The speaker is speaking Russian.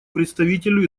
представителю